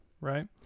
right